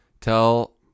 Tell